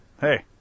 Hey